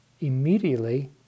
immediately